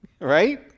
Right